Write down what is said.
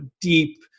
deep